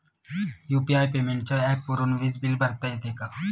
UPI पेमेंटच्या ऍपवरुन वीज बिल भरता येते का?